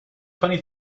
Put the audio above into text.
funny